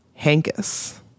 Hankus